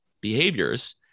behaviors